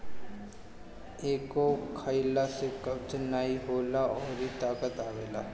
एके खइला से कब्ज नाइ होला अउरी ताकत आवेला